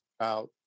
out